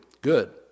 Good